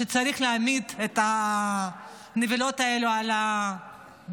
שצריך להעמיד את הנבלות האלה לדין,